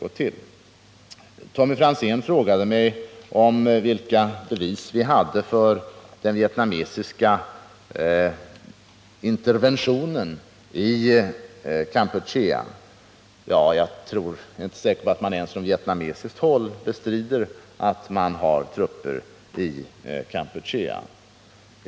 Tommy Franzén frågade mig vilka bevis vi hade för den vietnamesiska invasionen i Kampuchea. Ja, jag är inte ens säker på att man från vietnamesiskt håll bestrider att man har trupper inne i Kampuchea.